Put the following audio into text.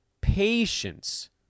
Patience